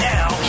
Now